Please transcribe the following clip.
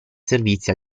servizi